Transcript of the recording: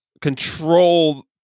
control